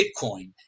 Bitcoin